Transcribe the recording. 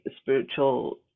spiritual